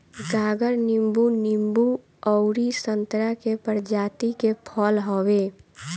गागर नींबू, नींबू अउरी संतरा के प्रजाति के फल हवे